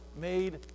made